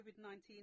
COVID-19